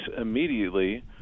immediately